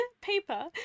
paper